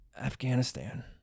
Afghanistan